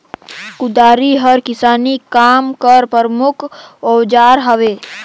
कुदारी हर किसानी काम कर परमुख अउजार हवे